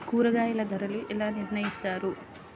కూరగాయల ధరలు ఎలా నిర్ణయిస్తారు?